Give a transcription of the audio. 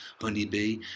Honeybee